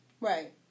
Right